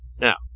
Now